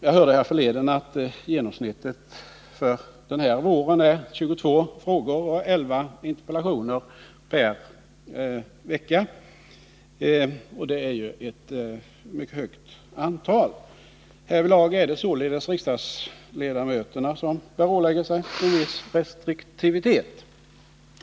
Jag hörde härförleden att genomsnittet för den här våren är 22 frågor och 11 interpellationer per vecka, och det är ju mycket höga tal. Härvidlag är det således riksdagsledamöterna som bör ålägga sig en viss restriktivitet.